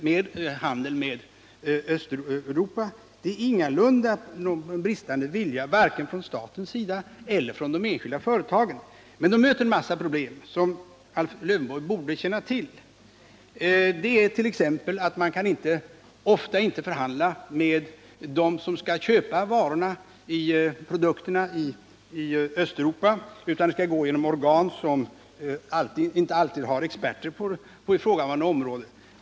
Det är inte fråga om någon bristande vilja vare sig från staten eller från de enskilda företagen. Men man möter en massa problem; som AIf Lövenborg borde känna till. Man kan t.ex. ofta inte förhandla med dem som skall köpa produkterna i Östeuropa, utan affärerna måste ske via organ som inte alltid har tillgång till experter på ifrågavarande område.